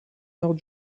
nord